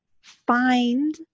find